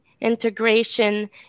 integration